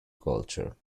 culture